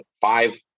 five